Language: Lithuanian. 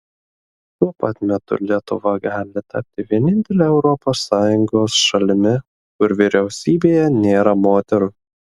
tuo pat metu lietuva gali tapti vienintele europos sąjungos šalimi kur vyriausybėje nėra moterų